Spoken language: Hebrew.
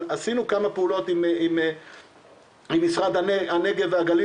עשינו כמה פעולות עם משרד הנגב והגליל,